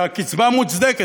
שהקצבה מוצדקת.